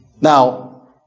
Now